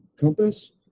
compass